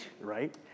right